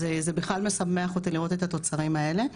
אז זה בכלל משמח אותי לראות את התוצרים האלה.